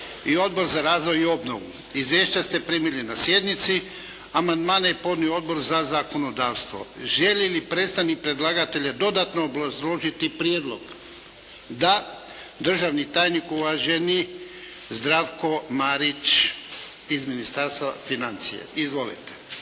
i Odbor za razvoj i obnovu. Izvješća ste primili na sjednici. Amandmane je podnio Odbor za zakonodavstvo. Želi li predstavnik predlagatelja dodatno obrazložiti prijedlog? Da. Državni tajnik, uvaženi Zdravko Marić iz Ministarstva financija. Izvolite.